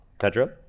Pedro